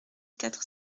quatre